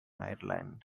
ireland